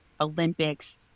Olympics